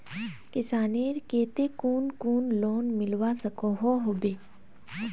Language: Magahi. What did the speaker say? किसानेर केते कुन कुन लोन मिलवा सकोहो होबे?